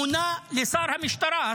מונה לשר המשטרה,